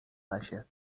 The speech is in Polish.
lesie